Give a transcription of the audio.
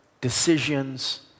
decisions